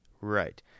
Right